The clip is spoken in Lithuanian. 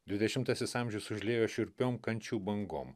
dvidešimtasis amžius užliejo šiurpiom kančių bangom